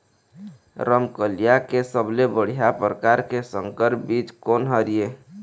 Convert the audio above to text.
रमकलिया के सबले बढ़िया परकार के संकर बीज कोन हर ये?